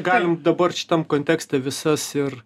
galim dabar šitam kontekste visas ir